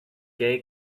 gay